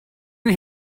and